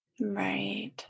Right